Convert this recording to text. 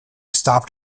stopped